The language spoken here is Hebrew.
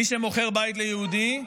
מי שמוכר בית ליהודי,